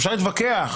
שאפשר להתווכח,